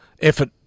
effort